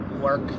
work